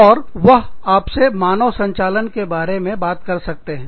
और वह आपसे मानव संचालन के बारे में भी बात कर सकते हैं